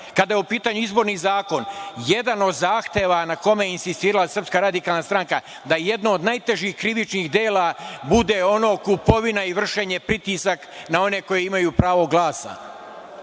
je u pitanju izborni zakon, jedan od zahteva na kome je insistirala SRS, da jedno od najtežih krivičnih dela, bude ono kupovina i vršenje pritisaka na one koji imaju pravo glasa